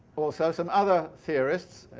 also some other theorists,